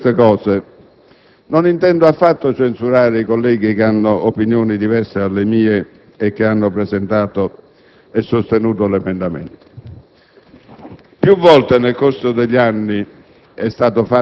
conclusione. Con le mie considerazioni non intendo affatto censurare i colleghi che hanno opinioni diverse dalle mie e che hanno presentato e sostenuto l'emendamento.